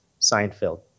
Seinfeld